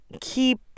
keep